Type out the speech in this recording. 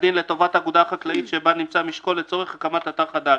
כדין לטובת האגודה החקלאית שבה נמצא משקו לצורך הקמת אתר חדש,